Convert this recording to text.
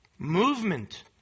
movement